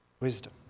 Wisdom